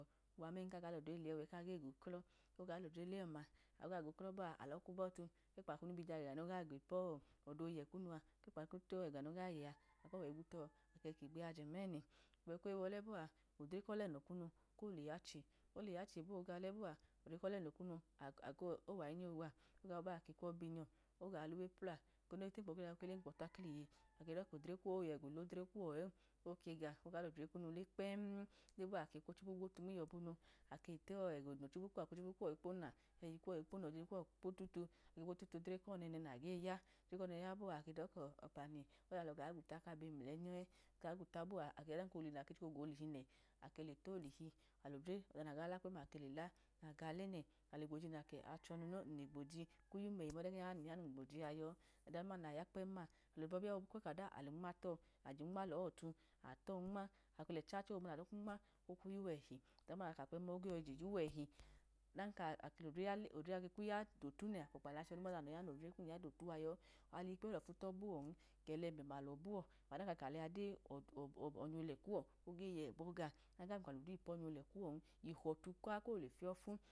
Wamẹn kaga lodre le ẹkaguklọ oga lodre le ọma oga guklọ bọa alọkmubọtu, akwẹkpa kumuja gega noga gipu oda oye kunu, akwẹkpa kwu tega noga yẹ akwọwẹ igwu tọ, ake kigbihiyẹ mẹnẹ, gbọbu koyi wọlẹ bọa, odre kolẹnọ kunu kole yache, ole yunche bọa noga dẹ bọa, ole kọlẹnọ kunu ako nahinya owa, oga boa ake lobinyọ koga luwe pla, duwe pla bọa ako ga lemkpọ takliye, ake do kodre kuwọ oyẹga olodre kuwọ ẹn, oke ga oga lodre kunu le kpẹm, oknu le bo̱a ake kwochibu kwoti nmiyobunu, ake itega ono chibu kuwọ ake kwochubu kuwọ ikpona, ehi kuwọ inpona, lo deyi kodre kuwọ a kpo tutu, ake gbo tutu odre kọnẹnẹ nage ya, alodre kọnẹnẹ ya bọa, akedọ kọ ọkpani olẹa alọ ga gwita kabe meiyọ e̱ oga gwuta bo̱a, ọdan ka dọka odo hile nayi golihi nẹ ale tolihi, ọda naga la kpẹm ma nale la agu olẹ nẹ ale gboji nẹ adọka achọ al ọa obọbi ya alokwukwu lewaje, alunma tọ, ajunma lọ o̱te, atọn unma, ake lẹcha chọ gbọbu nẹ aka unma kokwu yu wọ ẹhi, oda duma naka kpẹm ma lege yọyi je yuwọ eli odre ke kwuya dotu nẹ akọkpani achọnun mọda noya nodre kum ya ditu ayọ, alikpẹyi olọfu tọ buwọ, kẹla emema lọbuwọ, ọda ka ka lẹa dẹ, onya olẹ kuwọ.